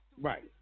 Right